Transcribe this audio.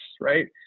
right